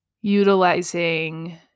utilizing